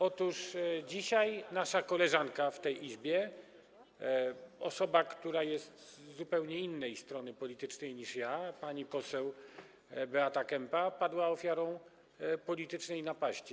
Otóż dzisiaj nasza koleżanka w tej Izbie, osoba, która jest z zupełnie innej strony politycznej niż ja, pani poseł Beata Kempa, padła ofiarą politycznej napaści.